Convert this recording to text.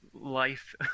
life